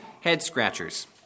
head-scratchers